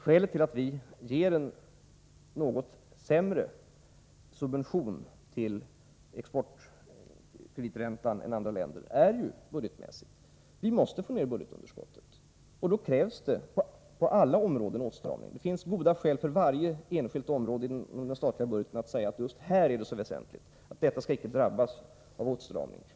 Skälet till att vi ger en något sämre subvention till exportkrediträntan än andra länder är ju budgetmässigt. Vi måste få ned budgetunderskottet, och då krävs det åtstramning på alla områden. Det finns goda skäl för varje enskilt område inom den statliga budgeten att säga att just detta är så väsentligt att det inte skall drabbas av åtstramning.